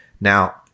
now